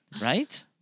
Right